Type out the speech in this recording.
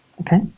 Okay